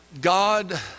God